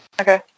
Okay